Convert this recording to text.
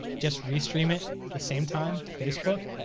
just restream it at the same time to facebook.